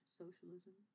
socialism